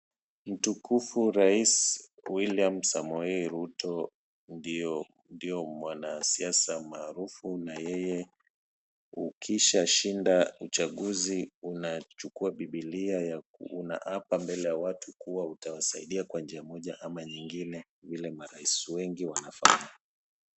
Mtukufu rais William Samoei Ruto ndio mwanasiasa maarufu na yeye ukishashinda uchaguzi unachukua bibilia ya unaapa mbele ya watu kuwa utawasaidia kwa njia moja ama nyingine vile marais wengi wanafanya.